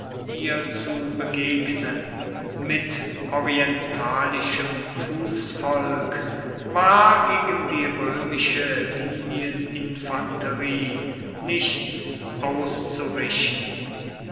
ihr zu begegnen mit orientalischem fußvolk war gegen die römische linieninfanterie nichts auszurichten